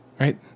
right